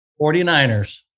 49ers